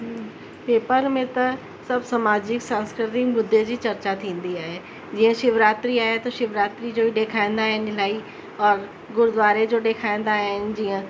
paper में त सभु सामाजिक सांस्कृतिक मुद्दे जी चर्चा थींदी आहे जीअं शिवरात्री आहे त शिवरात्री जो ॾेखारींदा आहिनि इलाही और गुरुद्वारे जो ॾेखारींदा आहिनि जीअं